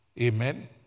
Amen